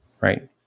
right